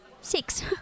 Six